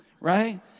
Right